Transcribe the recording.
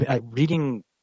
reading